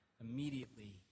immediately